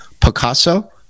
Picasso